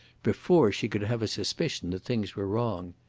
before she could have a suspicion that things were wrong.